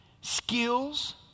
skills